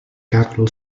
capital